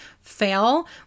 fail